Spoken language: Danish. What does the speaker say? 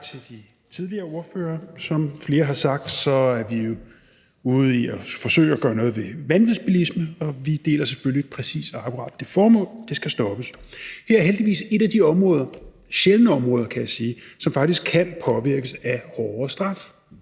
tak til de tidligere ordførere. Som flere har sagt, er vi jo ude i at forsøge at gøre noget ved vanvidsbilisme, og vi deler selvfølgelig præcis og akkurat det synspunkt, at det skal stoppes. Her er heldigvis et af de områder – et af de sjældne områder, kan jeg sige – som faktisk kan påvirkes af hårdere straf.